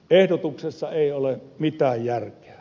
ehdotuksessa ei ole mitään järkeä